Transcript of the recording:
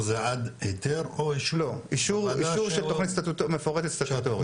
אישור שתוכנית מפורטת סטטוטורית.